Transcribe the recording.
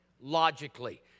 logically